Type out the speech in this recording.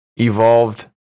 evolved